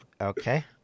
okay